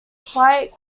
slight